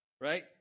right